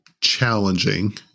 challenging